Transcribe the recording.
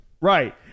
Right